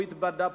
הם התבדו.